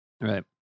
Right